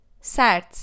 Sert